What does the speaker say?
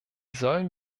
sollen